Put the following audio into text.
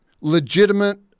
legitimate